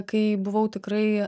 kai buvau tikrai